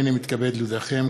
הנני מתכבד להודיעכם,